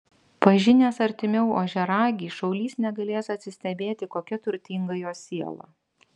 pažinęs artimiau ožiaragį šaulys negalės atsistebėti kokia turtinga jo siela